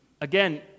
again